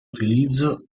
utilizzo